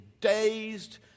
dazed